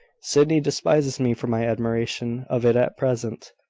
sydney despises me for my admiration of it at present.